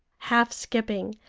half skipping,